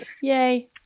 Yay